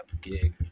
gig